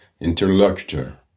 interlocutor